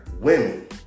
Women